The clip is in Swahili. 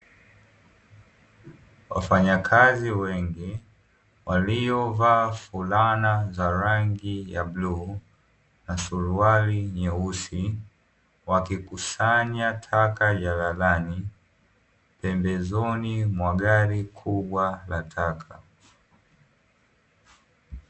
Wafanyakazi wengi waliovaa fulana za rangi ya blue na suruali nyeusi wakikusanya taka jalalani, pembezoni mwa gari kubwa la taka.